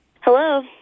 Hello